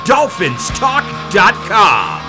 DolphinsTalk.com